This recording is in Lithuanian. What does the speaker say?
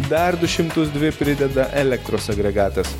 dar du šimtus dvi prideda elektros agregatas